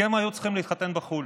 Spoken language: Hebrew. כי הם היו צריכים להתחתן בחו"ל